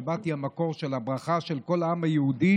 השבת היא המקור של הברכה של כל העם היהודי,